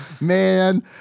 man